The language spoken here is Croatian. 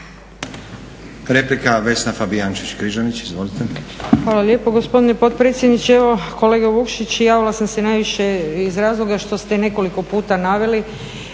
Izvolite. **Fabijančić Križanić, Vesna (SDP)** Hvala lijepo gospodine potpredsjedniče. Evo kolega Vukšić, javila sam se najviše iz razloga što ste nekoliko puta naveli